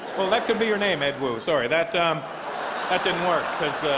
well that could be your name ed wu. sorry that um that didn't work as